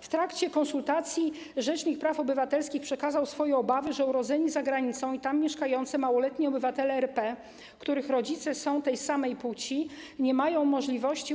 W trakcie konsultacji rzecznik praw obywatelskich przekazał swoje obawy, że urodzeni za granicą i tam mieszkający małoletni obywatele RP, których rodzice są tej samej płci, nie mają możliwości